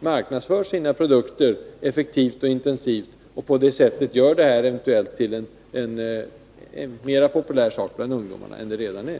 marknadsför sina produkter effektivt och intensivt, så att det blir mera populärt bland ungdomarna än det redan är.